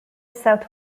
south